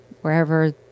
wherever